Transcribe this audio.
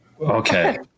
Okay